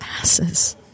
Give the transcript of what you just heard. asses